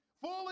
fully